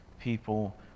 people